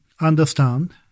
understand